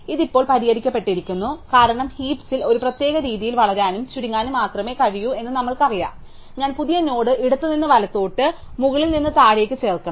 അതിനാൽ ഇത് ഇപ്പോൾ പരിഹരിക്കപ്പെട്ടിരിക്കുന്നു കാരണം ഹീപ്സിൽ ഒരു പ്രത്യേക രീതിയിൽ വളരാനും ചുരുങ്ങാനും മാത്രമേ കഴിയൂ എന്ന് ഞങ്ങൾക്കറിയാം അതിനാൽ ഞാൻ പുതിയ നോഡ് ഇടത്തുനിന്ന് വലത്തോട്ട് മുകളിൽ നിന്ന് താഴേക്ക് ചേർക്കണം